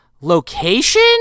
location